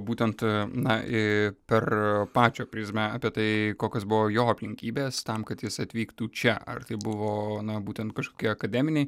būtent na ir per pačio prizmę apie tai kokios buvo jo aplinkybės tam kad jis atvyktų čia ar tai buvo na būtent kažkokie akademiniai